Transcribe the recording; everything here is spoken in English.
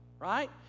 right